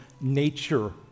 nature